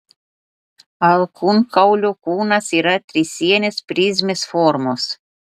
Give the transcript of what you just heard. alkūnkaulio kūnas yra trisienės prizmės formos